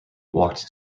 walked